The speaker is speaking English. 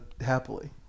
happily